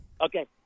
Okay